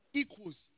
equals